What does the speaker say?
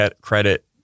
credit